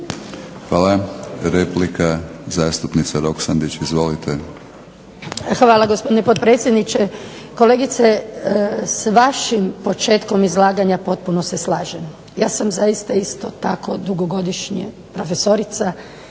Hvala. Replika, zastupnica Roksandić. Izvolite. **Roksandić, Ivanka (HDZ)** Hvala gospodine potpredsjedniče. Kolegice s vašim početkom izlaganja potpuno se slažem. Ja sam zaista isto tako dugogodišnja profesorica